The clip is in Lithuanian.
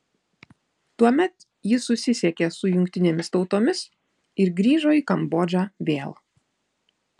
tuomet ji susisiekė su jungtinėmis tautomis ir grįžo į kambodžą vėl